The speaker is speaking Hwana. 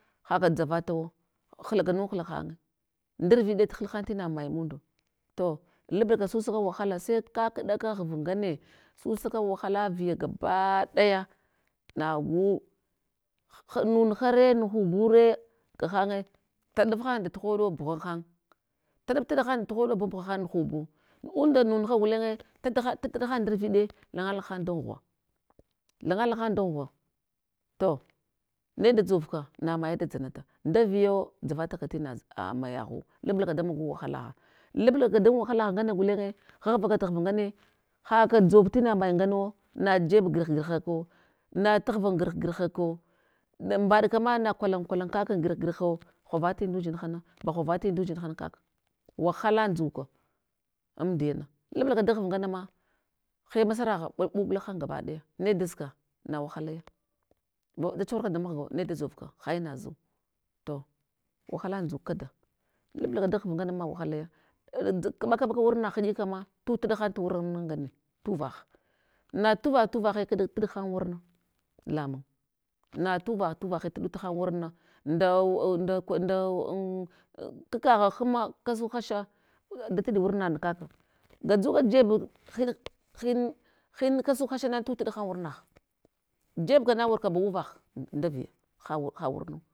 Haka dzavata wo hlaganuhla hanye, ndav viɗe thalhalhan tina maye mundu, to lablaka susakat wahala, sai kakɗaka ghv ngane, susaka wahala viya gabadaya, nagu hah nunhare nuhubure ga hanye, taɗab han dat tuhoɗo bughan han, taɗap taɗa han dat tuhoɗo, bunbugha han nuhubu unda nunuha gulenye, tata hatat ɗahan ndarviɗe lan angala han dan ghiva, lan nga lahan dan ghwa, to ne dadzovka na maye da dzanata, ndavyo dzavataka tina a mayaghu lablaka damagu wahalagha, lablaka dan waha lagh ngana gulenye, ghaghvakata ghva ngne haka dzov tina mayi nganawo, najeb gar garhakau, na taghvan garh garha kau na mɓaɗkama na kwalan kwalan kak an garh garho, ghwavati ndudzinhana ba ghwa vati ndudzinhana kaka, wahala ndzuka, am diyala, lablaka daghav ngana ma, hiya ma sava gha ɓuɓula han gabaɗaya, ne dadzka na wahalaya da chuhurka da mahga ne dadzovka hainazu, to wahala ndzuk kada, lablaka da ghv nganama wahaleya, eidz kaɓa kaɓaka warnagh inɗika ma, tutɗahan tuwurna ngane, tuvah, na tuvah luvahe kad tuɗhan wurna lamung na tuvah tuvahe tuɗuta han wurna, nda kag kagha hma kasuk hasha, daf tiɗi wurnaɗ kaka ka dzuka jeb kasuk hashana tutɗa han wurnagh jebkana warkaba uvah nda viya ha ha warnu.